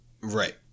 Right